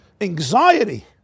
anxiety